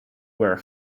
were